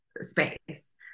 space